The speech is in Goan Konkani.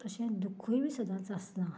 तशेंच दुखूय सदांच आसना